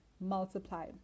Multiply